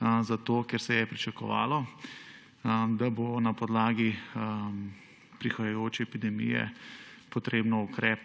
za to, ker se je pričakovalo, da bo na podlagi prihajajoče epidemije potrebno uvesti ukrep